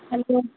hello